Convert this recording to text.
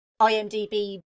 IMDb